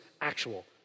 actual